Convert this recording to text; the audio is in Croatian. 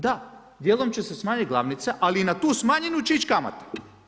Da, dijelom će se smanjiti glavnica, ali i na tu smanjenu će ići kamata.